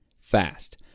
fast